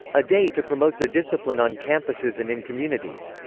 a day to promote the discipline on campuses and in communities.